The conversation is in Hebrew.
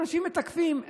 אנשים מתקפים,